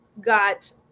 got